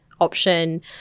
option